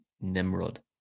Nimrod